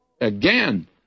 Again